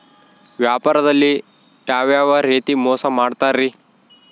ವ್ಯಾಪಾರದಲ್ಲಿ ಯಾವ್ಯಾವ ರೇತಿ ಮೋಸ ಮಾಡ್ತಾರ್ರಿ?